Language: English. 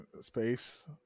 space